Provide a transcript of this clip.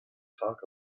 talk